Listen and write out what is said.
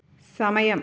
സമയം